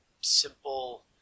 simple